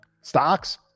Stocks